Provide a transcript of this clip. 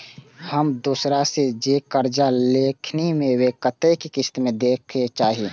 हम दोसरा से जे कर्जा लेलखिन वे के कतेक किस्त में दे के चाही?